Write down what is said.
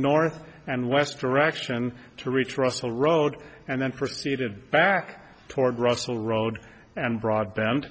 north and west direction to reach russell road and then proceeded back toward russell road and broadband